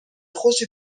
خوشی